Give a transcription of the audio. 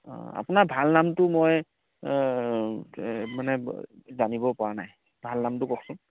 অঁ আপোনাৰ ভাল নামটো মই মানে জানিব পৰা নাই ভাল নামটো কওকচোন